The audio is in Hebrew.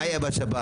מה יהיה בשב"ן,